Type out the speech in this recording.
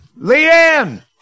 Leanne